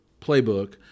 playbook